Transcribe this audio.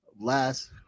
last